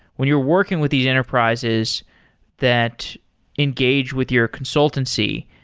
when you're working with these enterprises that engage with your consultancy.